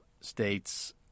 states